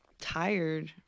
tired